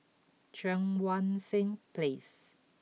Cheang Wan Seng Place